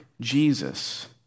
Jesus